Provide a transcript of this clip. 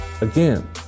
Again